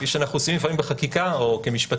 כפי שאנחנו עושים לפעמים בחקיקה או כמשפטנים,